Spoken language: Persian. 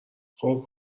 خوب